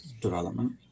development